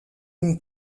une